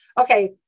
okay